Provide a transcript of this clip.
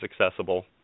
accessible